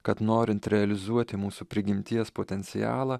kad norint realizuoti mūsų prigimties potencialą